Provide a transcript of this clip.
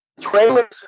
trailers